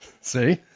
See